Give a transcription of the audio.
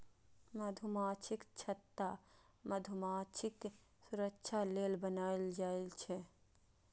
मधुमाछीक छत्ता मधुमाछीक सुरक्षा लेल बनाएल जाइ छै